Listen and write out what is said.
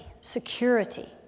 security